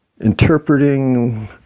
interpreting